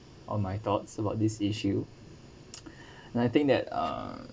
on my thoughts about this issue and I think that uh